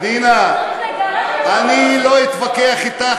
פנינה, אני לא אתווכח אתך.